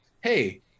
hey